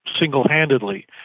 single-handedly